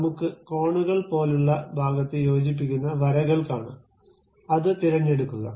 നമ്മുക്ക് കോണുകൾപോലുള്ള ഭാഗത്തു യോജിപ്പിക്കുന്ന വരകൾ കാണാം അത് തിരഞ്ഞെടുക്കുക